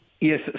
Yes